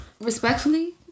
respectfully